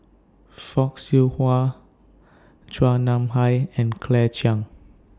Fock Siew Wah Chua Nam Hai and Claire Chiang